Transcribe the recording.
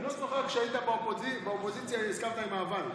אני לא זוכר שכשהיית באופוזיציה הסכמת עם ה"אבל".